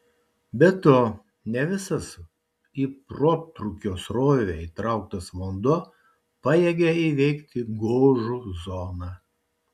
be to ne visas į protrūkio srovę įtrauktas vanduo pajėgia įveikti gožų zoną